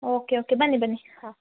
okay okay ಬನ್ನಿ ಬನ್ನಿ ಹಾಂ